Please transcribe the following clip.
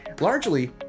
largely